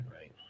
right